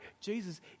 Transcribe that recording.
Jesus